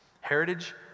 Heritage